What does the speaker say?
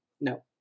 no